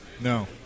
no